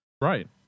Right